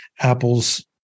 Apple's